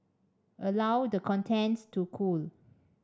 allow the contents to cool